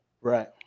right